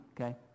okay